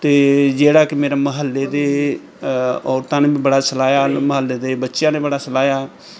ਅਤੇ ਜਿਹੜਾ ਕਿ ਮੇਰਾ ਮੁਹੱਲੇ ਦੇ ਔਰਤਾਂ ਨੇ ਵੀ ਬੜਾ ਸਲਾਹਿਆ ਮੁਹੱਲੇ ਦੇ ਬੱਚਿਆਂ ਨੇ ਬੜਾ ਸਲਾਹਿਆ